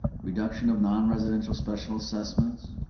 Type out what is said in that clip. reduction of non-residential special assessments.